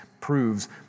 proves